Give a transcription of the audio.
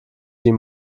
die